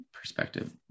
perspective